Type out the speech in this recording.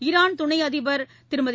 Iran துணை அதிபர் திருமதி